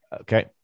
Okay